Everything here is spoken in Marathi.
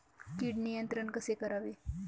कीड नियंत्रण कसे करावे?